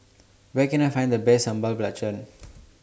Where Can I Find The Best Sambal Belacan